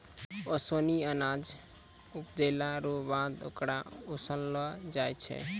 ओसानी अनाज उपजैला रो बाद होकरा ओसैलो जाय छै